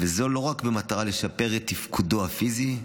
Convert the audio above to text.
וזה לא רק במטרה לשפר את תפקודו הפיזי,